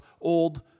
Old